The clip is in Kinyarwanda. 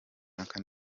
runaka